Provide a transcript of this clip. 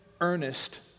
earnest